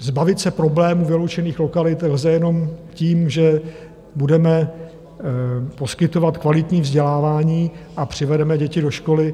Zbavit se problémů vyloučených lokalit lze jenom tím, že budeme poskytovat kvalitní vzdělávání a přivedeme děti do školy.